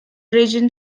regent